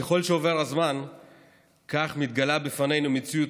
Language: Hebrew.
ככל שעובר הזמן כך מתגלה בפנינו מציאות